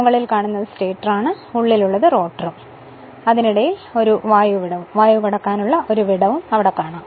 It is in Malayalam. മുകളിൽ കാണുന്നത് സ്റ്റേറ്റററാണ് ഉള്ളിലുള്ളത് റോട്ടറും അതിനിടയിലെ വായു കടക്കാനുള്ള ഒരു വിടവും അവിടെ കാണാം